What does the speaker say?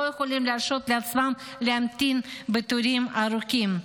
יכולים להרשות לעצמם להמתין בתורים ארוכים.